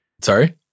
Sorry